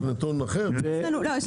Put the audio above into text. הממ"מ, את מכירה 400 מיליון ₪?